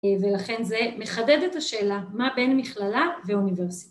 ולכן זה מחדד את השאלה, מה בין מכללה ואוניברסיטה.